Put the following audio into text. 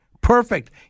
Perfect